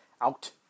out